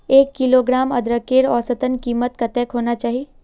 एक किलोग्राम अदरकेर औसतन कीमत कतेक होना चही?